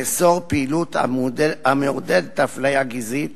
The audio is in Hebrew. לאסור פעילות המעודדת אפליה גזעית